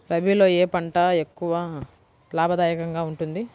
రబీలో ఏ పంట ఎక్కువ లాభదాయకంగా ఉంటుంది?